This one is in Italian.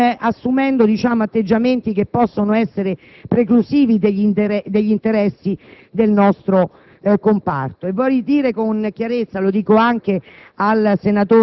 non assumendo atteggiamenti che possono essere preclusivi degli interessi del comparto.